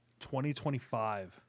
2025